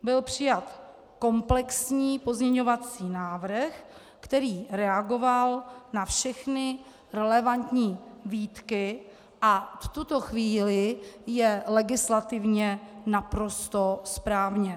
Byl přijat komplexní pozměňovací návrh, který reagoval na všechny relevantní výtky a v tuto chvíli je legislativně naprosto správně.